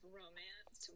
romance